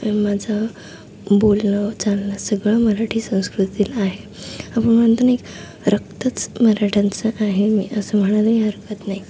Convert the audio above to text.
आणि माझं बोलणं चालणं सगळं मराठी संस्कृतीतील आहे आपण म्हणतो ना एक रक्तच मराठ्यांचं आहे मी असं म्हणायलाही हरकत नाही